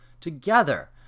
together